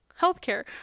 healthcare